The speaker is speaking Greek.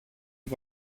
του